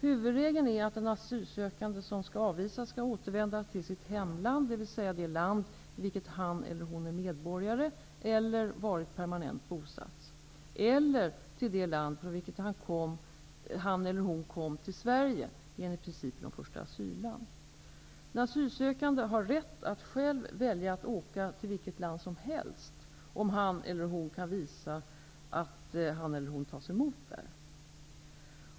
Huvudregeln är att en asylsökande som skall avvisas skall återvända till sitt hemland, dvs. det land i vilket han eller hon är medborgare eller varit permanent bosatt, eller till det land från vilket han eller hon kom till Sverige enligt principen om första asylland. Den asylsökande har rätt att själv välja att åka till vilket land som helst om han eller hon kan visa att han eller hon tas emot där.